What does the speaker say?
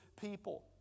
people